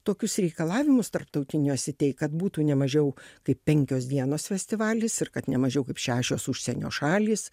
tokius reikalavimus tarptautiniuos itei kad būtų ne mažiau kaip penkios dienos festivalis ir kad ne mažiau kaip šešios užsienio šalys